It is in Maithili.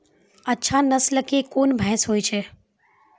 अच्छा नस्ल के कोन भैंस होय छै?